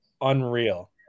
unreal